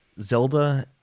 Zelda